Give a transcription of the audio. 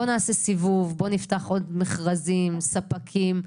בוא ונעשה סיבוב, ובוא ונפתח עוד מכרזים, ספקים.